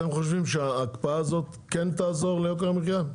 אתם חושבים שההקפאה הזאת כן תעזור ליוקר המחיה?